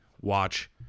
watch